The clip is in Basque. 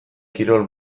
kirol